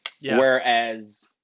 Whereas